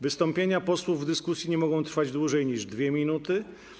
Wystąpienia posłów w dyskusji nie mogą trwać dłużej niż 2 minuty.